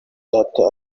data